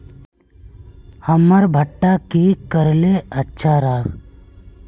हमर भुट्टा की करले अच्छा राब?